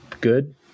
good